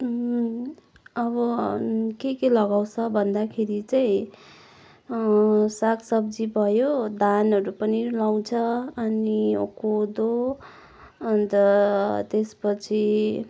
अब के के लगाउँछ भन्दाखेरि चाहिँ सागसब्जी भयो धानहरू पनि लाउँछ अनि कोदो अन्त त्यसपछि